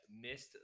missed